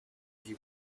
com